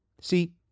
See